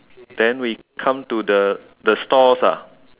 then we come to the the stalls ah